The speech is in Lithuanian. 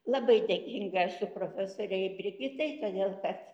labai dėkinga esu profesorei brigitai todėl kad